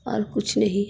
और कुछ नहीं है